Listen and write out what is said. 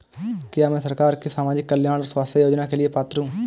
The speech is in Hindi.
क्या मैं सरकार के सामाजिक कल्याण और स्वास्थ्य योजना के लिए पात्र हूं?